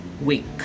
week